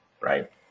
Right